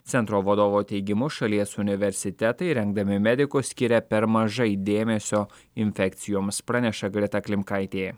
centro vadovo teigimu šalies universitetai rengdami medikus skiria per mažai dėmesio infekcijoms praneša greta klimkaitė